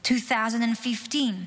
2015,